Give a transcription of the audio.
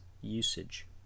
usage